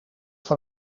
van